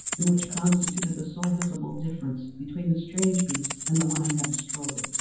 and which constituted the sole visible difference between the strange beast and the one i had destroyed.